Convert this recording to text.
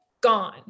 Gone